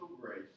grace